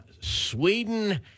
sweden